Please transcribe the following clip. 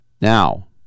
Now